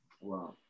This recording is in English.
Wow